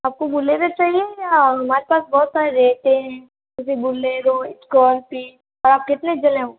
आपको बुलेरो चाहिए या हमारे पास बहुत सारे रेटें हैं जैसे बुलेरो स्कोरपी आप कितने जने हो